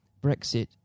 Brexit